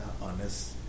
honest